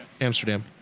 Amsterdam